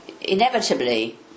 inevitably